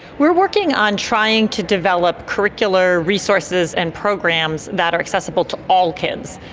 we're working on trying to develop curricular resources and programs that are accessible to all kids,